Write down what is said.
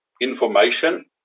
information